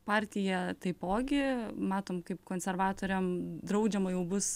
partija taipogi matom kaip konservatoriam draudžiama jau bus